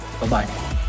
Bye-bye